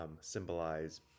symbolize